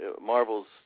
Marvel's